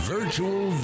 Virtual